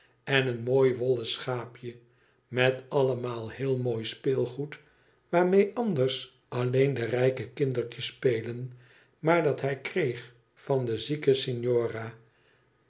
en een mooi wollen schaapje met allemaal heel mooi speelgoed waarmee anders alleen de rijke kindertjes spelen maar dat hij kreeg van de zieke